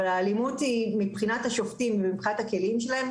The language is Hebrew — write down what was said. אבל האלימות מבחינת השופטים ומבחינת הכלים שלהם,